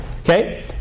Okay